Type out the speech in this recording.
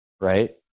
right